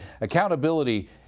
accountability